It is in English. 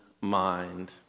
mind